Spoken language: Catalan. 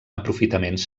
aprofitaments